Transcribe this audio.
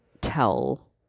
tell